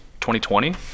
2020